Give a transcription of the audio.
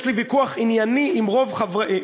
יש לי ויכוח ענייני עם רוב חברי,